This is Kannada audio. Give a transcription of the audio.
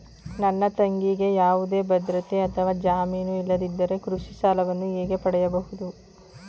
ನನ್ನ ತಂಗಿಗೆ ಯಾವುದೇ ಭದ್ರತೆ ಅಥವಾ ಜಾಮೀನು ಇಲ್ಲದಿದ್ದರೆ ಕೃಷಿ ಸಾಲವನ್ನು ಹೇಗೆ ಪಡೆಯಬಹುದು?